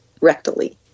rectally